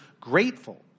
grateful